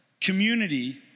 community